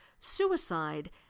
suicide